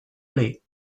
late